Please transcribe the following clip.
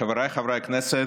חבריי חברי הכנסת,